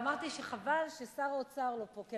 אמרתי שחבל ששר האוצר לא פה, כי